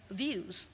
views